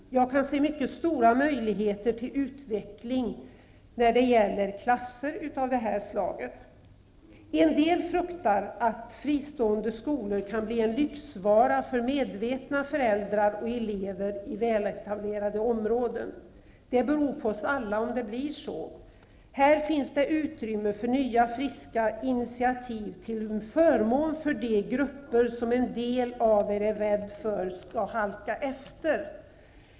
Jag kan se mycket stora möjligheter till utveckling när det gäller klasser av det här slaget. En del fruktar att fristående skolor kan bli en lyxvara för medvetna föräldrar och elever i väletablerade områden. Det beror på oss alla hur det blir. Här finns det utrymme för nya friska initiativ till förmån för de grupper som en del av er är rädda för skall halka efter.